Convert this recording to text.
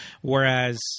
Whereas